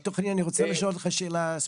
ד"ר חנין, אני רוצה לשאול אותך שאלה ספציפית.